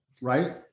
right